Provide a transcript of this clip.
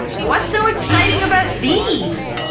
what's so exciting about these?